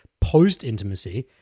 post-intimacy